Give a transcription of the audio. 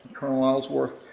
colonel ellsworth,